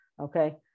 Okay